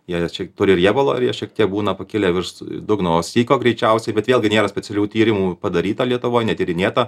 jei ir čia turi riebalo ir jie šiek tiek būna pakilę virš dugno o syko greičiausiai vat vėlgi nėra specialių tyrimų padaryta lietuvoj netyrinėta